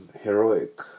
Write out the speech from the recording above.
heroic